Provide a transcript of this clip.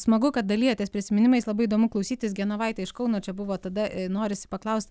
smagu kad dalijatės prisiminimais labai įdomu klausytis genovaitė iš kauno čia buvo tada norisi paklaust